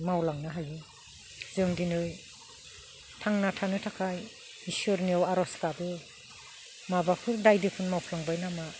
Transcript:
मावलांनो हायो जों दिनै थांना थानो थाखाय इसोरनियाव आर'ज गाबो माबाफोर दाय दोफोन मावफ्रांबाय नामा